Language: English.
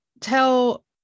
tell